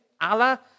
Allah